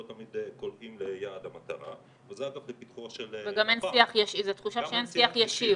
תמיד קולעים ליעד המטרה וזה --- וזו גם תחושה שאין שיח ישיר.